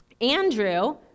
Andrew